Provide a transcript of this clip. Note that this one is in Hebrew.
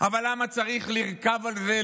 אבל למה צריך לרכוב על זה?